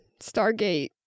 Stargate